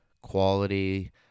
quality